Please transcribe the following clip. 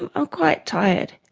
um ah quite tired.